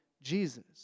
Jesus